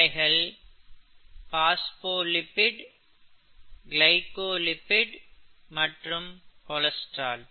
அவைகள் phospholipid glycolipid மற்றும் cholesterol